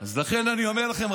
אז לכן אני אומר לכם,